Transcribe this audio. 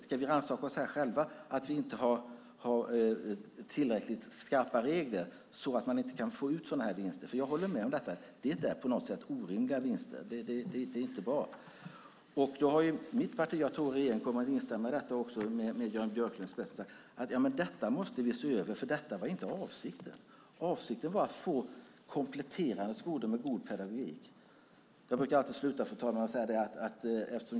Ska vi rannsaka oss själva för att vi inte har tillräckligt skarpa regler så att man inte kan få ut sådana här vinster? Jag håller ju med: Detta är på något sätt orimliga vinster. Det är inte bra. Mitt parti, och jag tror att regeringen med Jan Björklund i spetsen kommer att instämma i detta, menar att detta måste vi se över, för detta var inte avsikten. Avsikten var att få komplettera en skola med god pedagogik. Fru talman!